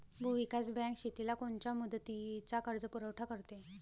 भूविकास बँक शेतीला कोनच्या मुदतीचा कर्जपुरवठा करते?